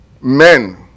Men